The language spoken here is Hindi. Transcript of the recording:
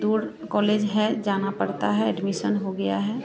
दूर कॉलेज है जाना पड़ता है एडमीसन हो गया है